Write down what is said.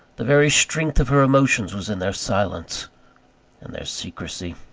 the very strength of her emotions was in their silence and their secresy.